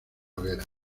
hoguera